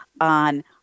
on